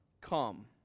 come